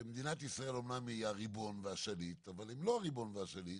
שמדינת ישראל אמנם היא הריבון והשליט אבל הם לא הריבון והשליט